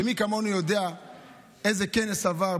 מי כמוני יודע איזה כנס עבר,